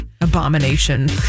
Abomination